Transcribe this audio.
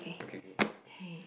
okay K next